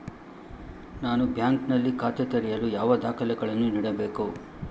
ನಾನು ಬ್ಯಾಂಕ್ ನಲ್ಲಿ ಖಾತೆ ತೆರೆಯಲು ಯಾವ ದಾಖಲೆಗಳನ್ನು ನೀಡಬೇಕು?